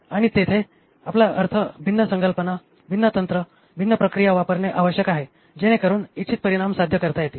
आणि तेथे आपला अर्थ भिन्न संकल्पना भिन्न तंत्र भिन्न प्रक्रिया वापरणे आवश्यक आहे जेणेकरून इच्छित परिणाम साध्य करता येतील